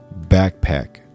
Backpack